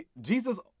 Jesus